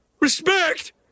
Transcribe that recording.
Respect